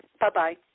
Bye-bye